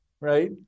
right